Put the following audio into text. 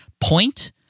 Point